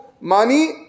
money